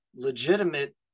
legitimate